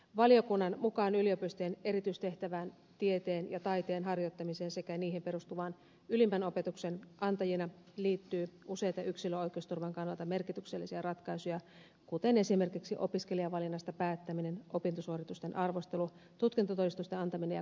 valiokunnan mukaan yliopistojen erityistehtävään tieteen ja taiteen harjoittamisen sekä niihin perustuvan ylimmän opetuksen antajina liittyy useita yksilön oikeusturvan kannalta merkityksellisiä ratkaisuja kuten esimerkiksi opiskelijavalinnasta päättäminen opintosuoritusten arvostelu tutkintotodistusten antaminen ja kurinpito